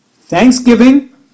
thanksgiving